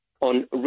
on